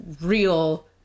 real